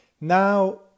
Now